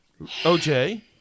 OJ